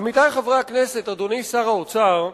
עמיתי חברי הכנסת, אדוני שר האוצר,